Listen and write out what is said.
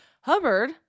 Hubbard